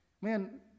man